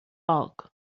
bulk